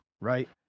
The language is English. right